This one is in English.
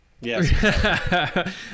Yes